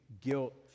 guilt